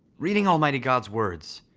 reading almighty god's words,